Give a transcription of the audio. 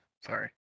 Sorry